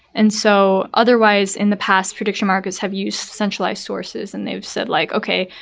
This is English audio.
and so otherwise, in the past, prediction markets have used centralized sources and they've said like, okay,